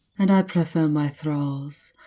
and i prefer my thralls.